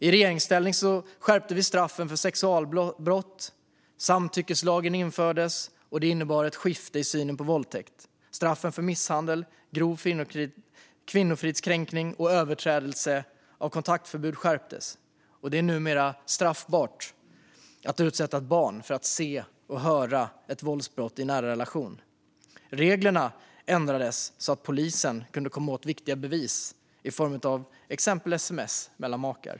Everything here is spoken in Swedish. I regeringsställning skärpte vi straffen för sexualbrott, och samtyckeslagen infördes som innebär ett skifte i synen på våldtäkt. Straffen för misshandel, grov kvinnofridskränkning och överträdelse av kontaktförbud skärptes också. Det är numera straffbart att utsätta ett barn för att se och höra våldsbrott i en nära relation. Reglerna ändrades så att polisen kan komma åt viktiga bevis i form av till exempel sms mellan makar.